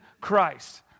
Christ